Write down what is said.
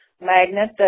magnet